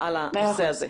על הנושא הזה.